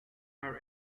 her